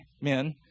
men